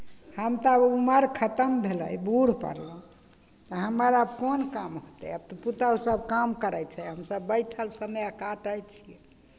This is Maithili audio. हम तऽ उमर खतम भेलै बूढ़ पड़लहुँ हमर आब कोन काम होतै आब तऽ पुतहुसभ काम करै छै हमसभ बैठल समय काटै छियै